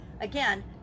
again